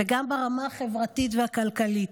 וגם ברמה החברתית והכלכלית.